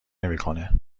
نمیکنه